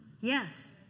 Yes